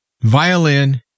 violin